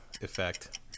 effect